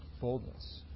Boldness